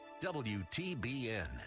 WTBN